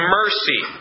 mercy